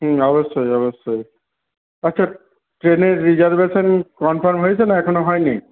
হ্যাঁ অবশ্যই অবশ্যই আচ্ছা ট্রেনের রিজার্ভেশন কনফার্ম হয়েছে না এখনও হয়নি